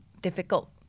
difficult